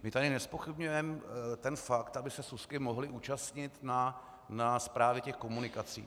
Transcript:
My tady nezpochybňujeme ten fakt, aby se súsky mohly účastnit na správě těch komunikací.